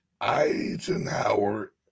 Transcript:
Eisenhower